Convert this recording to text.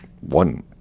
one